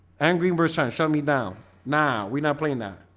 angry person. shut me down now. we're not playing that